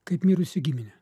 kaip mirusį giminę